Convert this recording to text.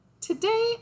Today